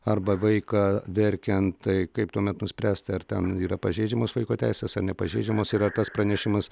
arba vaiką verkiant tai kaip tuomet nuspręsti ar ten yra pažeidžiamos vaiko teisės ar nepažeidžiamos ir ar tas pranešimas